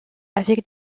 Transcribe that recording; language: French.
avec